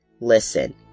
Listen